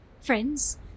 friends